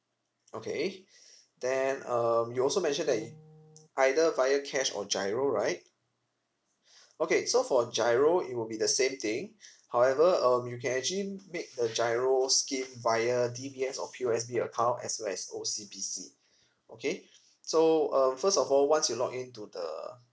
okay then um you also mentioned that it~ either via cash or G_I_R_O right okay so for G_I_R_O it will be the same thing however um you can actually make the G_I_R_O scheme via D_B_S or P_O_S_B account as well as O_C_B_C okay so um first of all once you log in to the